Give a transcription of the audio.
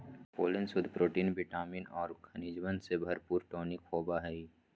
pollen शुद्ध protein vitamin और खनिजवन से भरपूर टॉनिक होबा हई